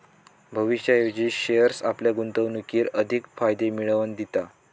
भविष्याऐवजी शेअर्स आपल्या गुंतवणुकीर अधिक फायदे मिळवन दिता